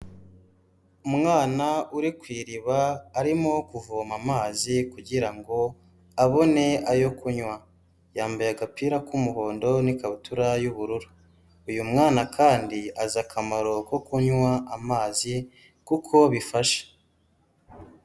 Umwana uri ku iriba arimo kuvoma amazi kugira ngo abone ayo kunywa, yambaye agapira k'umuhondo n'ikabutura y'ubururu, uyu mwana kandi azi akamaro ko kunywa amazi kuko bifashe.